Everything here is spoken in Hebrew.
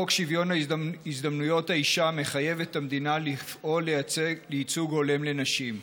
חוק שוויון הזדמנויות מחייב את המדינה לפעול לייצוג הולם לנשים.